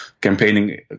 campaigning